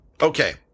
Okay